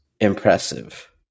impressive